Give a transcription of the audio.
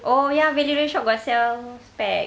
oh ya value dollar shop got sell specs